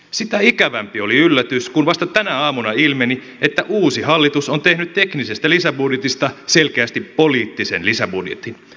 sitä ikävämpi oli yllätys kun vasta tänä aamuna ilmeni että uusi hallitus on tehnyt teknisestä lisäbudjetista selkeästi poliittisen lisäbudjetin